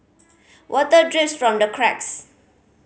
water drips from the cracks